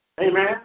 Amen